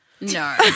No